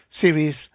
series